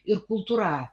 ir kultūra